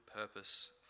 purpose